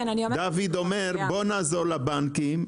דוד אומר: בוא נעזור לבנקים,